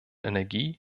energie